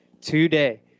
today